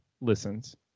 listens